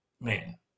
Man